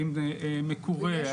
מקורה.